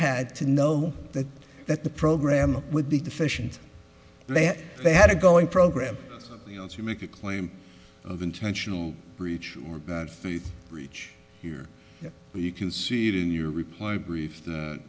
had to know that that the program would be deficient they had a going program you know to make a claim of intentional breach of faith reach here you can see it in your reply brief that